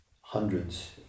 hundreds